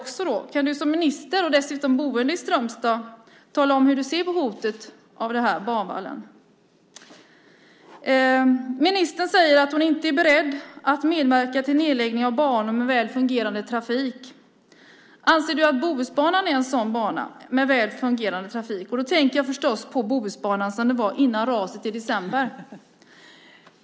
Kan du som minister, dessutom boende i Strömstad, tala om hur du ser på hotet mot banvallen? Ministern säger att hon inte är beredd att medverka till nedläggning av banor med väl fungerande trafik. Anser du att Bohusbanan är en bana med väl fungerande trafik? Jag tänker förstås på Bohusbanan som den var före raset i december.